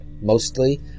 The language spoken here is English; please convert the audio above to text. Mostly